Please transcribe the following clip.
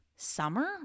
summer